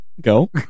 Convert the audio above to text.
Go